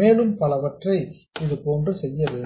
மேலும் பலவற்றை இது போன்று செய்ய வேண்டும்